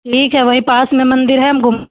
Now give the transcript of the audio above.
ठीक है वहीं पास में मंदिर है हम घुम